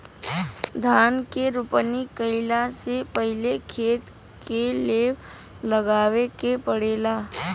धान के रोपनी कइला से पहिले खेत के लेव लगावे के पड़ेला